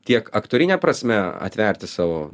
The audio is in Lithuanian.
tiek aktorine prasme atverti savo